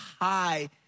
high